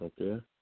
okay